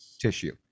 tissue